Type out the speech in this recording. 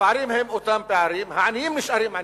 הפערים הם אותם פערים, העניים נשארים עניים.